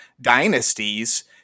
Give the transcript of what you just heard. dynasties